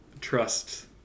trust